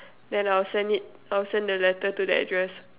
then I'll send it I'll send the letter to the address